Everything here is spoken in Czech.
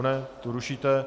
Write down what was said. Ne, tu rušíte.